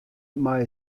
mei